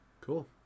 cool